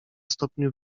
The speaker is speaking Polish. stopniu